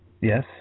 Yes